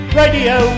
radio